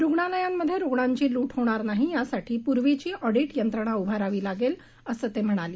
रूग्णालयांमध्ये रूग्णांची लूट होणार नाही यासाठी पुन्हा पूर्वीची ऑडिट यंत्रणा उभारावी लागेल असं ते म्हणाले